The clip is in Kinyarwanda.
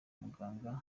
muganga